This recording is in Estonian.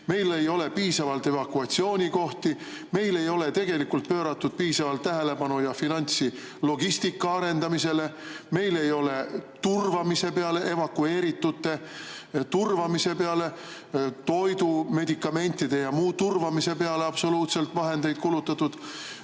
meil ei ole piisavalt evakuatsioonikohti, meil ei ole tegelikult pööratud piisavalt tähelepanu ja finantsi logistika arendamisele. Meil ei ole turvamise peale, evakueeritute turvamise peale, toidu, medikamentide ja muu turvamise peale absoluutselt vahendeid kulutatud.